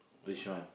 which one